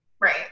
Right